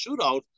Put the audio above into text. shootout